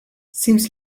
seems